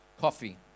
coffee